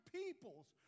peoples